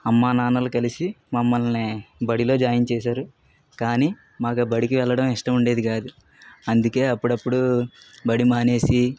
అమ్మానాన్నలు కలిసి మమ్మల్ని బడిలో జాయిన్ చేశారు కానీ మాకు ఆ బడికి వెళ్ళడం ఇష్టం ఉండేది కాదు అందుకే అప్పుడప్పుడు బడి మానేసి